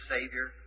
Savior